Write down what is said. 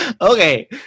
Okay